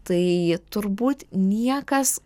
tai turbūt niekas